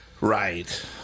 Right